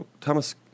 Thomas